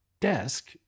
desk